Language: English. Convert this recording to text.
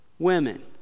women